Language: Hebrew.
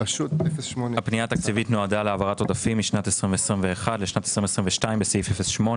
הפנייה התקציבית נועדה להעברת עודפים משנת 2021 לשנת 2022 בסעיף 08,